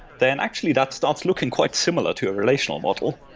then actually that starts looking quite similar to a relational model.